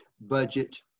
budget